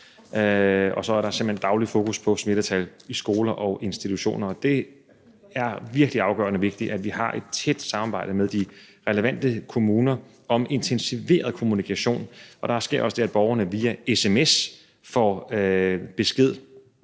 Og så er der simpelt hen dagligt fokus på smittetal i skoler og institutioner. Det er virkelig afgørende vigtigt, at vi har et tæt samarbejde med de relevante kommuner om intensiveret kommunikation. Og der sker også det, at borgerne via sms får besked